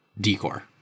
decor